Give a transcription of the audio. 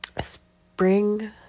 spring